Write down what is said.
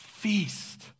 feast